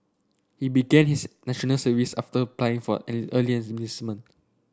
he began his National Service after applying for early enlistment